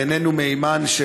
בעינינו מהימן,